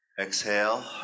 Exhale